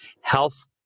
health